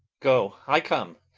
go i come,